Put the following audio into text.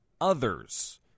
others